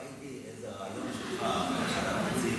ראיתי איזה ריאיון שלך באחוד הערוצים,